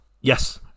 Yes